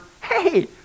hey